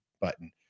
button